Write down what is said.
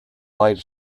light